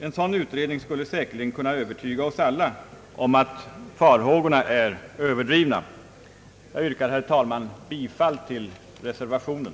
En sådan utredning skulle säkerligen kunna övertyga oss alla om att farhågorna är överdrivna. Jag yrkar, herr talman, bifall till reservationen.